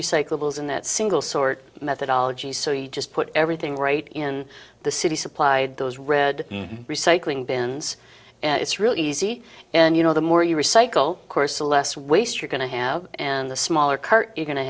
recyclables in that single sort methodology so you just put everything right in the city supplied those red recycling bins and it's really easy and you know the more you recycle course a less waste you're going to have and the smaller car you're going to